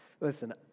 Listen